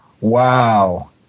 wow